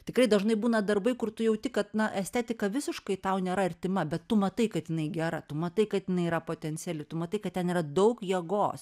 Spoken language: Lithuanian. tikrai dažnai būna darbai kur tu jauti kad na estetika visiškai tau nėra artima bet tu matai kad jinai gera tu matai kad jinai yra potenciali tu matai kad ten yra daug jėgos